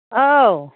औ